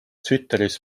twitteris